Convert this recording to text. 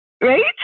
right